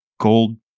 gold